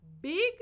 big